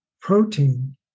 protein